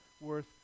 worth